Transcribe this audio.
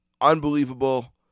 unbelievable